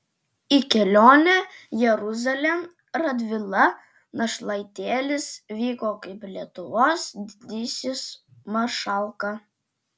į kelionę jeruzalėn radvila našlaitėlis vyko kaip lietuvos didysis maršalka